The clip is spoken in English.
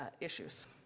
issues